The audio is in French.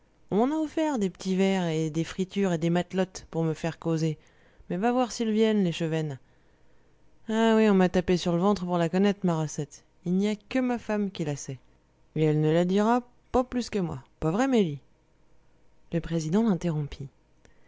on m'en a offert des petits verres et des fritures et des matelotes pour me faire causer mais va voir s'ils viennent les chevesnes ah oui on m'a tapé sur le ventre pour la connaître ma recette il n'y a que ma femme qui la sait et elle ne la dira pas plus que moi pas vrai mélie le président